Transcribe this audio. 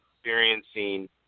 experiencing